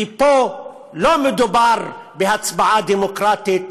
כי פה לא מדובר בהצבעה דמוקרטית,